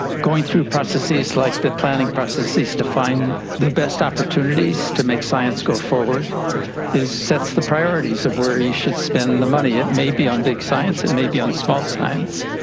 going through processes like the planning processes to find the best opportunities to make science go forward sets the priorities of where you should spend the money. it may be on big science, it may be on small science.